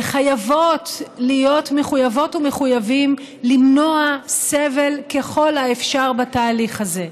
וחייבות להיות מחויבות ומחויבים למנוע סבל ככל האפשר בתהליך הזה.